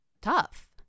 tough